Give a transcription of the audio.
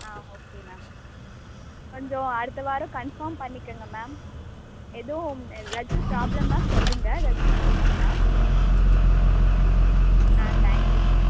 ஆ okay ma'am கொஞ்சம் அடுத்தவாரம் confirm பண்ணிக்கங்க மேம் எதுவும் ஏதாச்சும் ப்ராப்ளம்னா சொல்லுங்கள் ஏதாச்சும் இது பண்ணால் ஓகே மேம் ஆ தேங்க்யூ மேம்